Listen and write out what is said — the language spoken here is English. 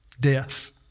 Death